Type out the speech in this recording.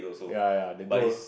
ya ya they do